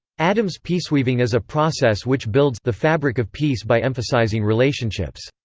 addams peaceweaving is a process which builds the fabric of peace by emphasizing relationships.